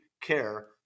care